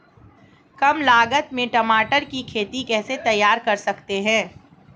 कम लागत में टमाटर की खेती कैसे तैयार कर सकते हैं?